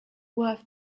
worth